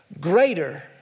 Greater